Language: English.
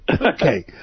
Okay